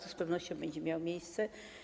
To z pewnością będzie miało miejsce.